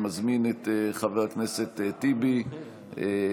אני מזמין את חבר הכנסת טיבי למיקרופון.